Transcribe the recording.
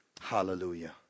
hallelujah